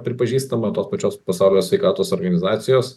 pripažįstama tos pačios pasaulio sveikatos organizacijos